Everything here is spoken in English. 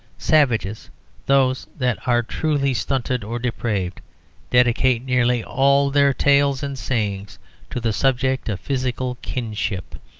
savages those that are truly stunted or depraved dedicate nearly all their tales and sayings to the subject of physical kinship,